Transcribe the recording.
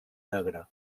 negra